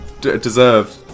deserved